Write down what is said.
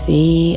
See